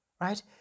right